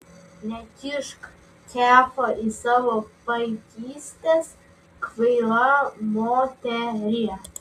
nekišk kefo į savo paikystes kvaila moterie